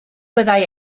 byddai